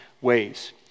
ways